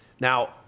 Now